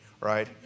right